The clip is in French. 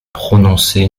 prononcé